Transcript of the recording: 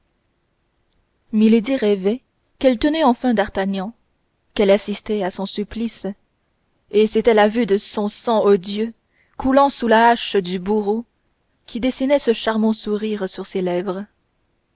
rêvait qu'elle tenait enfin d'artagnan qu'elle assistait à son supplice et c'était la vue de son sang odieux coulant sous la hache du bourreau qui dessinait ce charmant sourire sur les lèvres